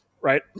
Right